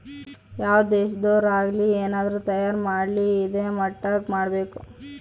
ಯಾವ್ ದೇಶದೊರ್ ಆಗಲಿ ಏನಾದ್ರೂ ತಯಾರ ಮಾಡ್ಲಿ ಇದಾ ಮಟ್ಟಕ್ ಮಾಡ್ಬೇಕು